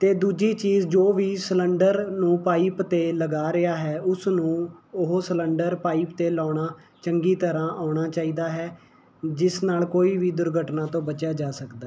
ਅਤੇ ਦੂਜੀ ਚੀਜ਼ ਜੋ ਵੀ ਸਲੰਡਰ ਨੂੰ ਪਾਈਪ 'ਤੇ ਲਗਾ ਰਿਹਾ ਹੈ ਉਸ ਨੂੰ ਉਹ ਸਲੰਡਰ ਪਾਈਪ 'ਤੇ ਲਾਉਣਾ ਚੰਗੀ ਤਰ੍ਹਾਂ ਆਉਣਾ ਚਾਹੀਦਾ ਹੈ ਜਿਸ ਨਾਲ ਕੋਈ ਵੀ ਦੁਰਗਟਨਾ ਤੋਂ ਬਚਿਆ ਜਾ ਸਕਦਾ ਹੈ